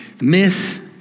miss